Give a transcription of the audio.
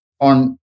on